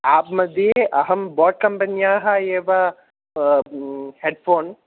Abu मध्ये अहं boAt कम्पन्याः एव हेड्फ़ोन्